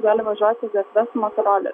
gali važiuoti gatve su motoroleriu